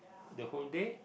the whole day